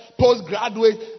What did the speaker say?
postgraduate